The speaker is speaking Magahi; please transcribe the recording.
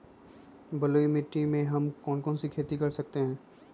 बलुई मिट्टी में हम कौन कौन सी खेती कर सकते हैँ?